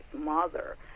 mother